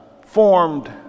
formed